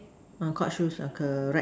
on court shoes are correct